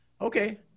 Okay